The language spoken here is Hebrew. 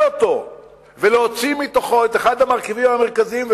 אותו ולהוציא ממנו את אחד המרכיבים המרכזיים,